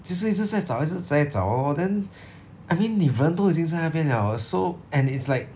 就是一直在找一直在找 lor then I mean 你人都已经在那边 liao so and it's like